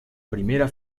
primera